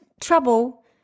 trouble